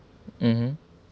mmhmm